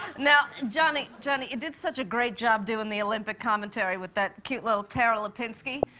now, johnny, johnny, did such a great job doin' the olympic commentary with that cute little tara lipinski.